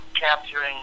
capturing